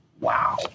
Wow